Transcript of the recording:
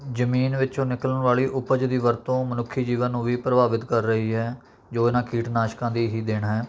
ਜ਼ਮੀਨ ਵਿੱਚੋਂ ਨਿਕਲਣ ਵਾਲੀ ਉਪਜ ਦੀ ਵਰਤੋਂ ਮਨੁੱਖੀ ਜੀਵਨ ਨੂੰ ਵੀ ਪ੍ਰਭਾਵਿਤ ਕਰ ਰਹੀ ਹੈ ਜੋ ਉਨ੍ਹਾਂ ਕੀਟਨਾਸ਼ਕਾਂ ਦੀ ਹੀ ਦੇਣ ਹੈ